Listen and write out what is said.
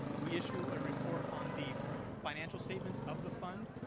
we issue a report on the financial statements of the fund,